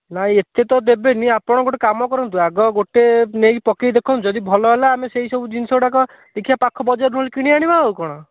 ନାଇଁ ଏତେ ତ ଦେବେନି ଆପଣ ଗୋଟେ କାମ କରନ୍ତୁ ଆଗ ଗୋଟେ ନେଇକି ପକାଇ ଦେଖନ୍ତୁ ଯଦି ଭଲ ହେଲା ଆମେ ସେଇସବୁ ଜିନିଷଗୁଡ଼ାକ ଦେଖିବା ପାଖ ବଜାରରୁ ନହେଲେ କିଣି ଆଣିବା ଆଉ କ'ଣ